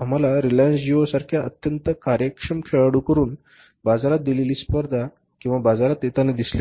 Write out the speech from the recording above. आम्हाला रिलायन्स जेआयओसारख्या अत्यंत कार्यक्षम खेळाडूकडून बाजारात दिलेली स्पर्धा किंवा बाजारात येताना दिसले नाही